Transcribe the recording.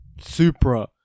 Supra